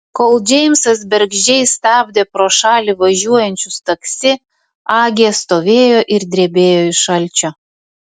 kol džeimsas bergždžiai stabdė pro šalį važiuojančius taksi agė stovėjo ir drebėjo iš šalčio